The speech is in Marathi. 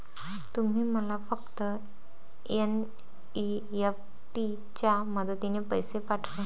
तुम्ही मला फक्त एन.ई.एफ.टी च्या मदतीने पैसे पाठवा